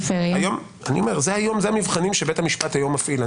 זה המבחנים שבית המשפט היום מפעיל.